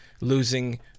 losing